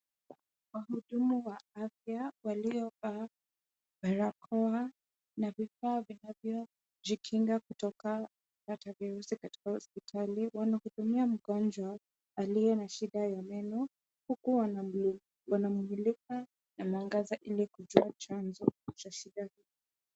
Wahudumu wa afya waliovaa barakoa na vifaa vinavyojikinga kutoka kupata virusi katika hospitali. Wanamhudumia mgonjwa aliye na shida ya meno, huku wanammulika na mwangaza ili kujua chanzo cha shida yake.